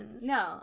no